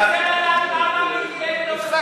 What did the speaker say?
אני רוצה לדעת למה מיקי לוי,